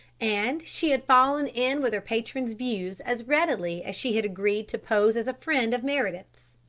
and she had fallen in with her patron's views as readily as she had agreed to pose as a friend of meredith's.